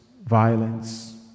violence